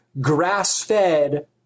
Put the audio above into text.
grass-fed